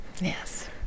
Yes